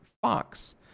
Fox